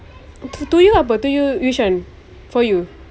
to you apa to you which one for you